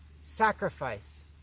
Sacrifice